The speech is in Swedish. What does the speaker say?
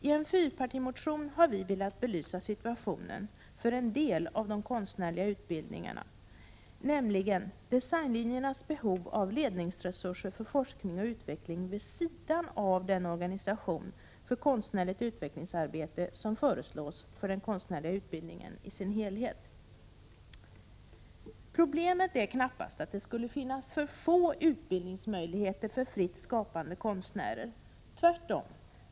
I en fyrpartimotion har vi velat belysa situationen för en del av de konstnärliga utbildningarna, nämligen designlinjernas behov av ledningsresurser för forskning och utveckling vid sidan av den organisation för konstnärligt utvecklingsarbete som föreslås för den konstnärliga utbildningen i dess helhet. Problemet är knappast att det skulle finnas för få utbildningsmöjligheter för fritt skapande konstnärer, tvärtom.